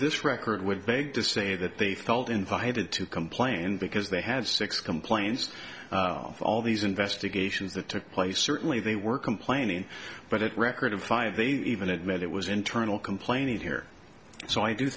this record would beg to say that they thought invited to complain because they had six complaints all these investigations that took place certainly they were complaining but it record of five they even admit it was internal complaining here so i do